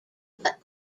but